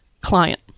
client